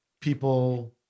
people